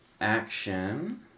action